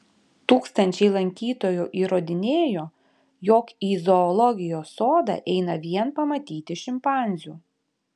tūkstančiai lankytojų įrodinėjo jog į zoologijos sodą eina vien pamatyti šimpanzių